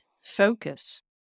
focus